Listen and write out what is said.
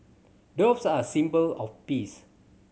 doves are a symbol of peace